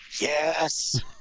yes